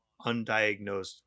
undiagnosed